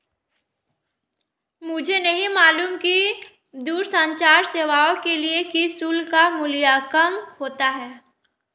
मुझे नहीं मालूम कि दूरसंचार सेवाओं के लिए किस शुल्क का मूल्यांकन होता है?